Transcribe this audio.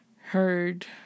heard